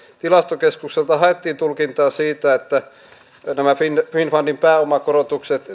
tilastokeskukselta haettiin tulkintaa siitä laskettaisiinko nämä finnfundin pääomakorotukset